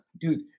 dude